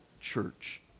church